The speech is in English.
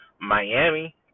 Miami